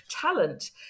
Talent